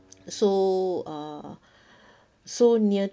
so uh so near